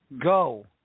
go